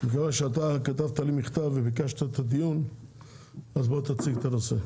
שאתה כתבת לי מכתב וביקשת את הדיון אז בוא תציג את הנושא.